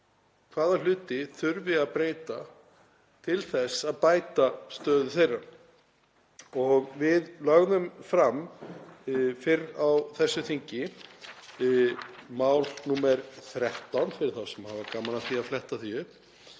hvaða hlutum þurfi að breyta til að bæta stöðu þeirra. Við lögðum fram fyrr á þessu þingi mál 13, fyrir þá sem hafa gaman af því að fletta því upp,